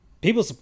People